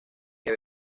que